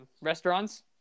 restaurants